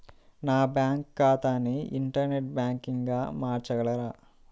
నా బ్యాంక్ ఖాతాని ఇంటర్నెట్ బ్యాంకింగ్గా మార్చగలరా?